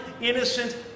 innocent